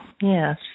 Yes